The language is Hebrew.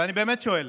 ואני באמת שואל,